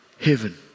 Heaven